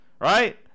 Right